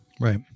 Right